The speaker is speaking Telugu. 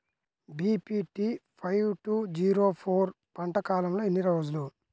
BPT five two zero four పంట కాలంలో ఎన్ని రోజులు?